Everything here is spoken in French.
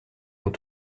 ont